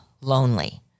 lonely